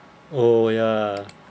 oh ya